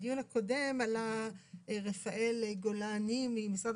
בדיון הקודם עלה רפאל גולני ממשרד